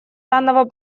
данного